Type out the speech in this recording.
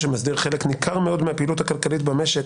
שמסדיר חלק ניכר מאוד מהפעילות הכלכלית במשק.